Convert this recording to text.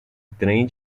trem